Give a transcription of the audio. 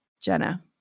Jenna